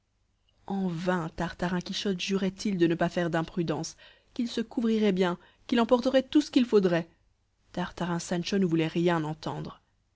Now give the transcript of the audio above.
en vain tartarin quichotte jurait il de ne pas faire d'imprudences qu'il se couvrirait bien qu'il emporterait tout ce qu'il faudrait tartarin sancho ne voulait rien entendre